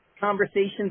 conversations